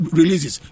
releases